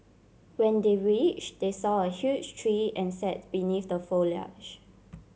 when they reach they saw a huge tree and sat beneath the foliage